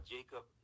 Jacob